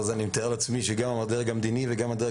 אני מתאר לעצמי שגם הדרג המדיני וגם הדרג